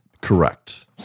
Correct